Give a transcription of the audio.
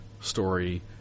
story